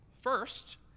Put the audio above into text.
First